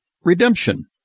redemption